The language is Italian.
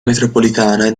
metropolitana